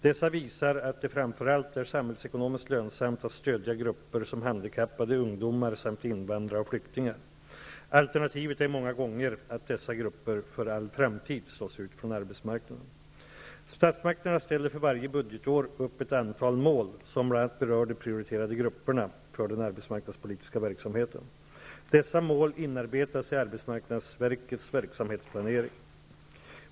Dessa visar att det framför allt är samhällsekonomiskt lönsamt att stödja grupper som handikappade, ungdomar samt invandrare och flyktingar. Alternativet är många gånger att dessa grupper för all framtid slås ut från arbetsmarknaden. Statsmakterna ställer för varje budgetår upp ett antal mål, som bl.a. berör de prioriterade grupperna, för den arbetsmarknadspolitiska verksamheten. Dessa mål inarbetas i arbetsmarknadsverkets verksamhetsplanering.